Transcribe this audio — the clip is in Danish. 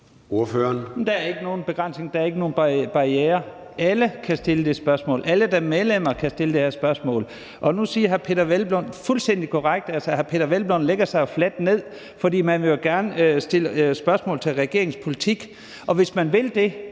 Der er ikke nogen begrænsning, der er ikke nogen barrierer. Alle kan stille det spørgsmål, alle medlemmer kan stille det her spørgsmål. Hr. Peder Hvelplund lægger sig jo fladt ned, for man vil jo gerne stille spørgsmål til regeringens politik, og hvis man vil det,